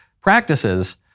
practices